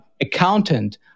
accountant